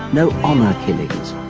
no honor killings.